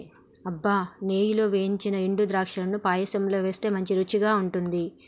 అబ్బ నెయ్యిలో ఏయించిన ఎండు ద్రాక్షలను పాయసంలో వేస్తే మంచి రుచిగా ఉంటుంది